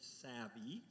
savvy